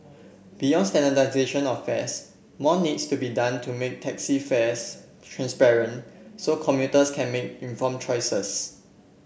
beyond standardisation of fares more needs to be done to make taxi fares transparent so commuters can make inform choices